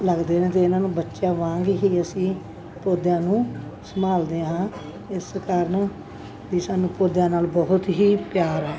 ਲੱਗਦੇ ਨੇ ਅਤੇ ਇਹਨਾਂ ਨੂੰ ਬੱਚਿਆਂ ਵਾਂਗ ਹੀ ਅਸੀਂ ਪੌਦਿਆਂ ਨੂੰ ਸੰਭਾਲਦੇ ਹਾਂ ਇਸ ਕਾਰਨ ਵੀ ਸਾਨੂੰ ਪੌਦਿਆਂ ਨਾਲ ਬਹੁਤ ਹੀ ਪਿਆਰ ਹੈ